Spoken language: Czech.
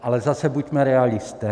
Ale zase buďme realisté.